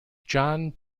john